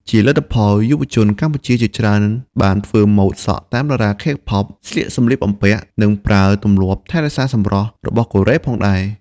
ជាលទ្ធផល យុវជនកម្ពុជាជាច្រើនបានធ្វើម៉ូដសក់តាមតារា K-pop ស្លៀកសម្លៀកបំពាក់ និងប្រើទម្លាប់ថែរក្សាសម្រស់របស់កូរ៉េផងដែរ។